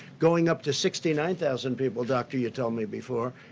going up to sixty nine thousand people, doctor, you told me before.